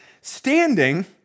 standing